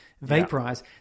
vaporize